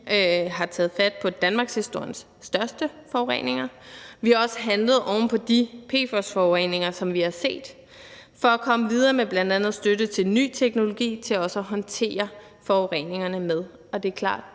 har taget fat på danmarkshistoriens største forureninger. Vi har også handlet oven på de PFOS-forureninger, som vi har set, for at komme videre med bl.a. støtte til ny teknologi til også at håndtere forureningerne med. Det er klart,